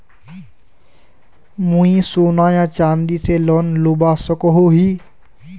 मुई सोना या चाँदी से लोन लुबा सकोहो ही?